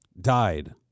died